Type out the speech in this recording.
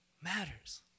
matters